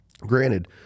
Granted